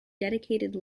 dedicated